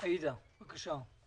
עאידה, בבקשה.